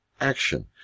action